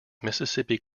mississippi